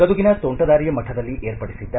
ಗದುಗಿನ ತೋಂಟದಾರ್ಯ ಮಠದಲ್ಲಿ ಏರ್ಪಡಿಸಿದ್ದ